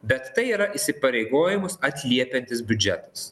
bet tai yra įsipareigojimus atliepiantis biudžetas